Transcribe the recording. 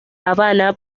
habana